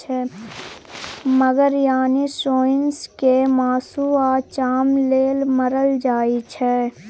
मगर यानी सोंइस केँ मासु आ चाम लेल मारल जाइ छै